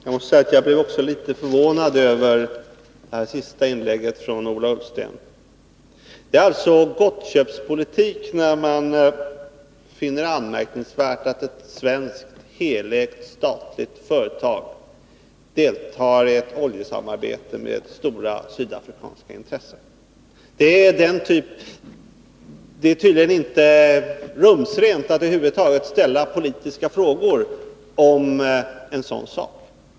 Herr talman! Jag blev också litet förvånad över det senaste inlägget av Ola Ullsten. Det är alltså gottköpspolitik när man finner det anmärkningsvärt att ett svenskt statligt helägt företag deltar i ett oljesamarbete med stora sydafrikanska intressen. Det är tydligen inte rumsrent att över huvud taget ställa politiska frågor om en sådan sak.